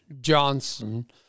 Johnson